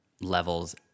levels